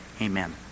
Amen